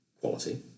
quality